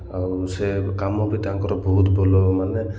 ଆଉ ସେ କାମ ବି ତାଙ୍କର ବହୁତ ଭଲ ମାନେ